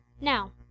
Now